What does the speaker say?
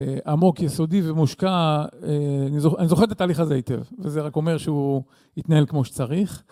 עמוק, יסודי ומושקע. אני זוכר את התהליך הזה היטב, וזה רק אומר שהוא התנהל כמו שצריך.